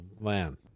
man